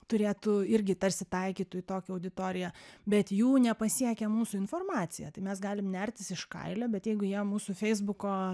turėtų irgi tarsi taikytų į tokią auditoriją bet jų nepasiekia mūsų informacija tai mes galim nertis iš kailio bet jeigu jie mūsų feisbuko